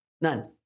None